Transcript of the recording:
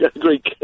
Greek